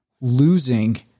losing